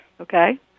Okay